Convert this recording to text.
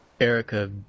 Erica